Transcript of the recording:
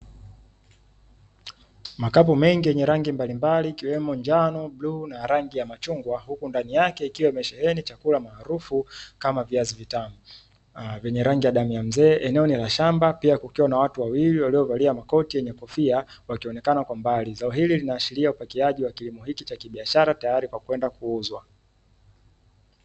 Makapu mengi yenye rangi mbalimbali, ikiwemo njano, bluu na rangi ya machungwa, huku ndani yake ikiwa imesheheni chakula maarufu kama viazi vitamu vyenye rangi ya damu ya mzee. Eneo ni la shamba, pia kukiwa na watu wawili waliovalia makoti yenye kofia wakionekana kwa mbali. Zao hili linaashiria upakiaji wa kilimo hiki cha biashara tayari kwa ajili ya kwenda kuuzwa.